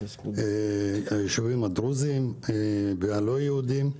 הישובים הדרוזים והלא יהודים.